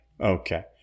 Okay